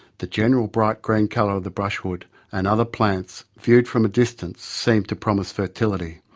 the general bright green colour of the brushwood and other plants, viewed from a distance, seemed to promise fertility.